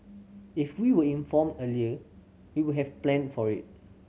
if we were informed earlier we would have planned for it